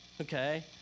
okay